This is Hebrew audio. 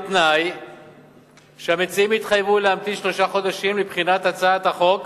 בתנאי שהמציעים יתחייבו להמתין שלושה חודשים לבחינת הצעת החוק